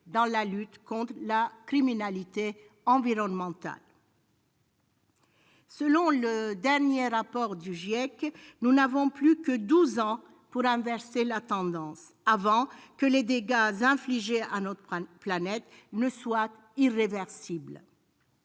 dans la lutte contre la criminalité environnementale. Selon le dernier rapport du GIEC, nous n'avons plus que douze ans pour inverser la tendance, avant que les dégâts infligés à notre planète ne soient irréversibles.